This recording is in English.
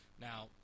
Now